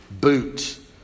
boot